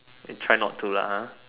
eh tried not to lah ha